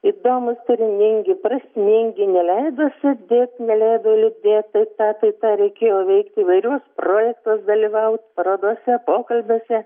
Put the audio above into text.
įdomūs turiningi prasmingi neleido sėdėt neleido liūdėt tą tai tą reikėjo veikti įvairiuos projektuos dalyvaut parodose pokalbiuose